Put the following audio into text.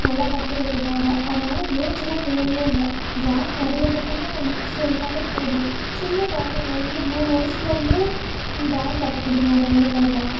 நல்லா கற்றுக்கிறதுக்காக அதனால ஏஜெலாம் தேவையே இல்லை ட்ராயிங் வரையிறதுக்குன்னு இன்ட்ரஸ்ட் இருந்தாலே போதும் சின்ன குழந்தையிலருந்து மூணு வயசுலருந்தே ட்ராயிங் கற்றுக்குடுக்கலாம் குழந்தைங்களுக்கெல்லாம்